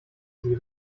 sie